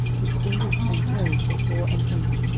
whose fingers and toes were four and twenty,